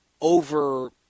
over